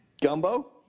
Gumbo